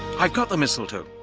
i've got the mistletoe,